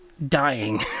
dying